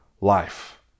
life